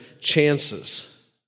chances